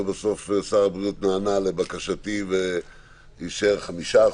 בסוף שר הבריאות נענה לבקשתי ואישר 5%,